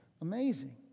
amazing